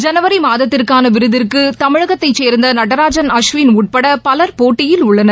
ஜனவரி மாதத்திற்கான விருதிற்கு தமிழகத்தை சேர்ந்த நடராஜன் அஸ்வின் உட்பட பலர் போட்டியில் உள்ளனர்